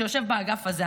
שיושב באגף הזה,